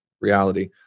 reality